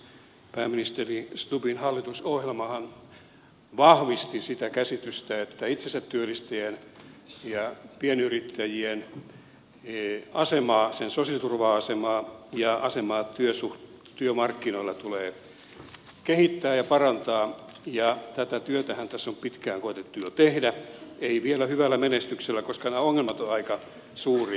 pääministeri stubbin hallitusohjelmahan vahvisti sitä käsitystä että itsensä työllistäjien ja pienyrittäjien sosiaaliturva asemaa ja asemaa työmarkkinoilla tulee kehittää ja parantaa ja tätä työtähän tässä on pitkään koetettu jo tehdä ei vielä hyvällä menestyksellä koska nämä ongelmat ovat aika suuria